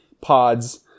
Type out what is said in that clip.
pods